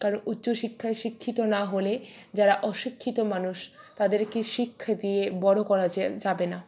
কারণ উচ্চশিক্ষায় শিক্ষিত না হলে যারা অশিক্ষিত মানুষ তাদেরকে শিক্ষা দিয়ে বড়ো করা যাবে না